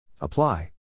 Apply